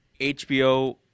HBO